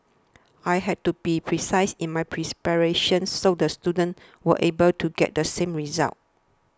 I have to be precise in my preparations so the students were able to get the same results